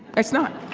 it's not.